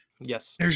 Yes